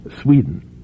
Sweden